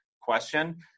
question